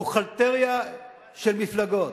בוכהלטריה של מפלגות.